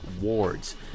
Ward's